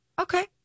okay